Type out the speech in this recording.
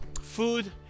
food